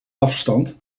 afstand